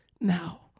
now